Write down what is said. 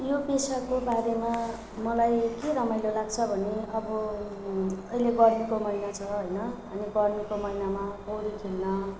यो पेसाको बारेमा मलाई के रमाइलो लाग्छ भने अब अहिले गर्मीको महिना छ होइन अनि गरमीको महिनामा पौडी खेल्न